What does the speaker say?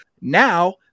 now